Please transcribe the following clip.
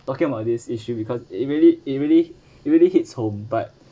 talking about this issue because it really it really it really hits home but